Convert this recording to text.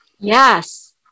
Yes